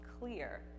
clear